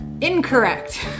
Incorrect